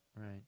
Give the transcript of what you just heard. Right